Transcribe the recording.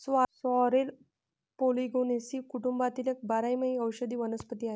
sorrel Polygonaceae कुटुंबातील एक बारमाही औषधी वनस्पती आहे